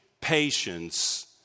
patience